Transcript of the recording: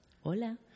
Hola